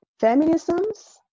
feminisms